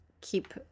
keep